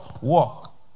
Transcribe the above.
walk